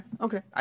okay